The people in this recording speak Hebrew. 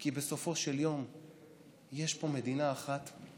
כי בסופו של יום יש פה מדינה אחת,